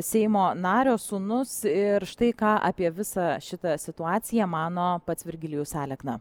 seimo nario sūnus ir štai ką apie visą šitą situaciją mano pats virgilijus alekna